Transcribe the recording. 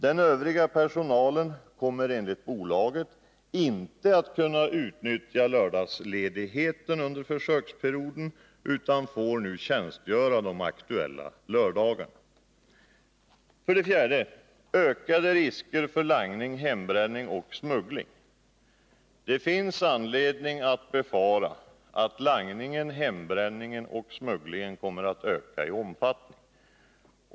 Den övriga personalen kommer enligt bolaget inte att kunna utnyttja lördagsledigheten under försöksperioden utan får nu tjänstgöra de aktuella lördagarna. Den fjärde punkten gäller ökade risker för langning, hembränning och smuggling. Det finns anledning befara att langningen, hembränningen och smugglingen kommer att öka i omfattning.